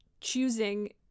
choosing